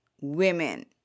women